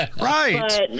right